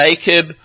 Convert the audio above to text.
Jacob